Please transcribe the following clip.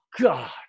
god